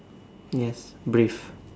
yes breathe